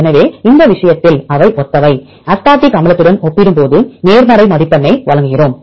எனவே இந்த விஷயத்தில் அவை ஒத்தவை அஸ்பார்டிக் அமிலத்துடன் ஒப்பிடும்போது நேர்மறை மதிப்பெண்ணை வழங்குகிறோம்